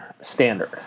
standard